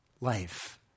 Life